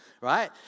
right